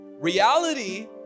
Reality